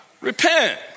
repent